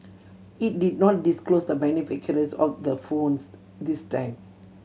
it did not disclose the manufacturers of the phones this time